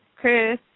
Chris